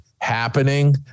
happening